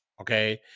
okay